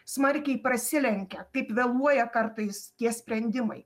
smarkiai prasilenkia kaip vėluoja kartais tie sprendimai